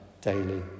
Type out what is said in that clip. daily